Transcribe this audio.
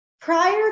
Prior